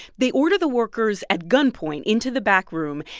they order the workers at gunpoint into the back room,